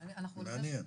מעניין.